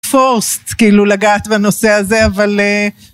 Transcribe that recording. פורסט כאילו לגעת בנושא הזה אבל אה...